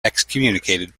excommunicated